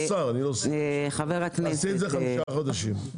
חמישה חודשים.